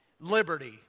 liberty